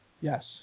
Yes